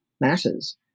matters